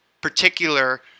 particular